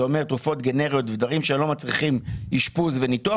זה אומר תרופות גנריות ודברים שאינם מצריכים אשפוז וניתוח,